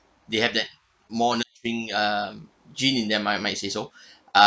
they have that more nurturing uh gene in them I might say so uh